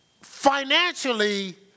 financially